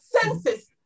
senses